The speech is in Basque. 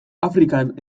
afrikan